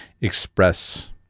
express